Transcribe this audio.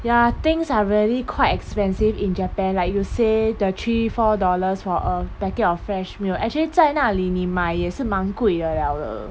ya things are really quite expensive in japan like you say the three four dollars for a packet of fresh milk actually 在那里你买也是蛮贵的 liao uh